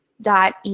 dot